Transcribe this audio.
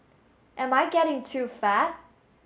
am I getting too fat